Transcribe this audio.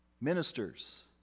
Ministers